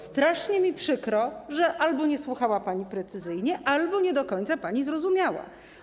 Strasznie mi przykro, że albo pani nie słuchała precyzyjnie, albo nie do końca pani zrozumiała.